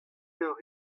eur